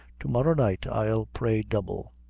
to-morrow night i'll pray double.